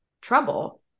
trouble